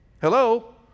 hello